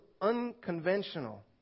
unconventional